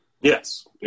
Yes